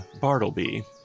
Bartleby